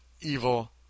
evil